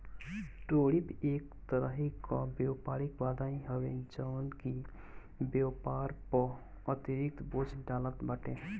tariff एक तरही कअ व्यापारिक बाधा ही हवे जवन की व्यापार पअ अतिरिक्त बोझ डालत बाटे